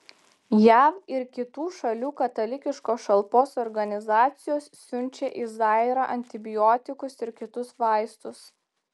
jav ir kitų šalių katalikiškos šalpos organizacijos siunčia į zairą antibiotikus ir kitus vaistus